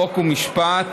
חוק ומשפט